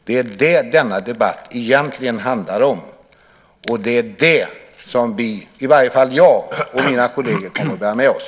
Det är det som denna debatt egentligen handlar om, och det är det som vi, i varje fall jag och mina kolleger, kommer att bära med oss.